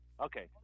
Okay